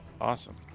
Awesome